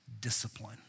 discipline